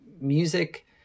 music